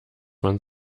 man